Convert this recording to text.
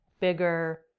bigger